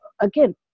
again